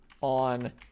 on